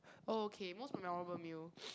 oh okay most memorable meal